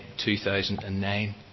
2009